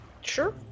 Sure